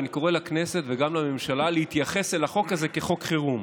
ואני קורא לכנסת וגם לממשלה להתייחס אל החוק הזה כחוק חירום.